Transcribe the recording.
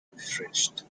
refreshed